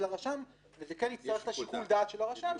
זה כן יצטרף לשיקול הדעת של הרשם,